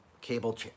cable